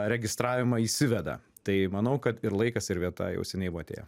registravimą įsiveda tai manau kad ir laikas ir vieta jau seniai buvo atėję